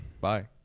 Bye